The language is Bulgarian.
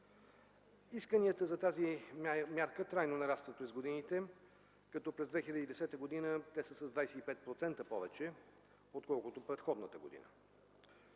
Исканията за тази мярка трайно нарастват през годините, като през 2010 г. те са с 25% повече, отколкото предходната година.